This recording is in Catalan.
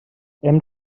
hem